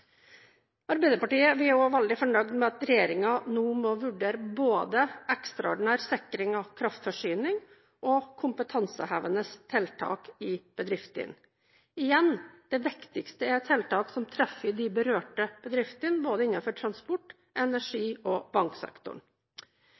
er også veldig fornøyd med at regjeringen nå må vurdere både ekstraordinær sikring av kraftforsyning og kompetansehevende tiltak i bedriftene. Igjen er det viktigste tiltak som treffer de berørte bedriftene, innenfor både transport-, energi-